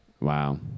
Wow